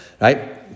right